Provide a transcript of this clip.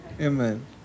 Amen